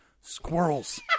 Squirrels